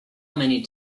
many